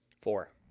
Four